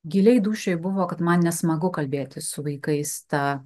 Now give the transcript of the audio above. giliai dūšioje buvo kad man nesmagu kalbėti su vaikais ta